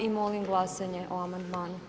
I molim glasanje o amandmanu.